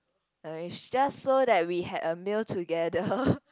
uh it's just so that we had a meal together